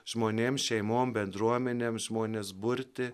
žmonėms šeimoms bendruomenėms žmones burti